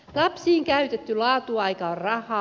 lapsiin käytetty laatuaika on rahaa